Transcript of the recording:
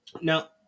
Now